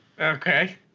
Okay